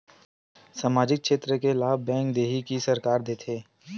सामाजिक क्षेत्र के लाभ बैंक देही कि सरकार देथे?